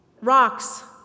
Rocks